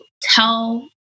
tell